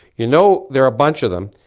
you know there are a bunch of them.